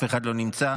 אף אחד לא נמצא.